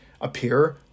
appear